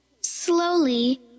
Slowly